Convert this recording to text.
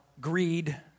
greed